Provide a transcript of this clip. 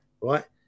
right